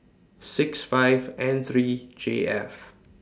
six five N three J F